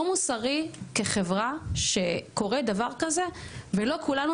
לא מוסרי כחברה שקורה דבר כזה ולא כולנו